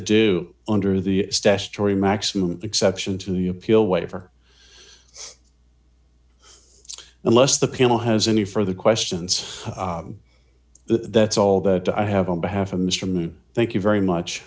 do under the statutory maximum exception to the appeal waiver unless the p m o has any further questions that's all that i have on behalf of mr mann thank you very much